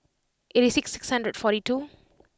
eighty six six hundred and forty two